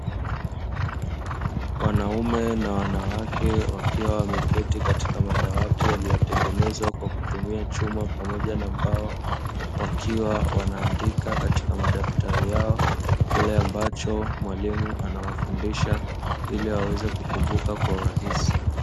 Wanaume na wanawake wakiwa wameketi katika madawati yaliotengenezwa kwa kutumia chuma pamoja na mbao wakiwa wanaandika katika madaftari yao kile ambacho mwalimu anawafundisha ili waweza kukumbuka kwa urahisi.